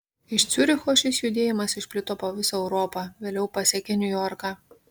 iš ciuricho šis judėjimas išplito po visą europą vėliau pasiekė niujorką